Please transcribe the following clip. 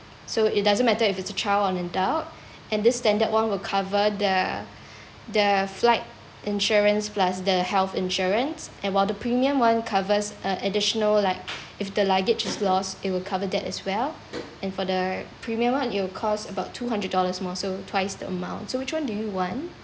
so it doesn't matter if it's a child or an adult and this standard one will cover the the flight insurance plus the health insurance and while the premium one covers a additional like if the luggage is lost it will cover that as well and for the premium one it'll cost about two hundred dollars more so twice the amount so which one do you want